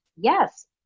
yes